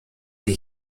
die